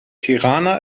tirana